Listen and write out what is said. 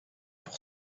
pour